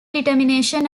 determination